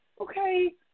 Okay